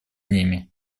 ними